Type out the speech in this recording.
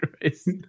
Christ